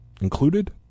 included